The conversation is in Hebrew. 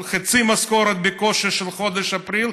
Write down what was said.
ובקושי חצי משכורת של חודש אפריל,